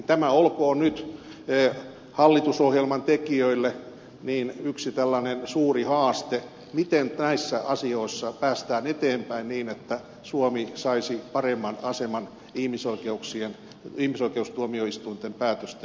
tämä olkoon nyt hallitusohjelman tekijöille yksi tällainen suuri haaste miten näissä asioissa päästään eteenpäin niin että suomi saisi paremman aseman ihmisoikeustuomioistuimen päätösten valossa